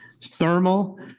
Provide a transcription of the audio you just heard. Thermal